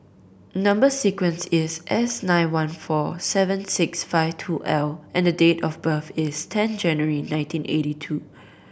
number sequence is S nine one four seven six five two L and date of birth is ten January nineteen eighty two